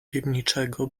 piwniczego